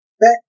back